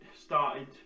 started